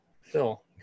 Phil